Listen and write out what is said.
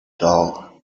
doll